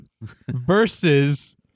versus